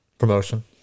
Promotion